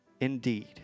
indeed